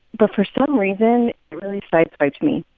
but for some reason, it really sideswiped me.